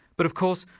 but of course,